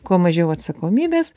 kuo mažiau atsakomybės